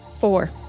Four